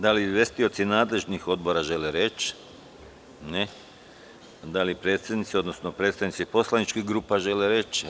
Da li izvestioci nadležnih odbora žele reč? (Ne) Da li predsednici odnosno predstavnici poslaničkih grupa žele reč?